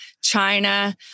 China